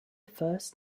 first